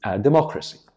democracy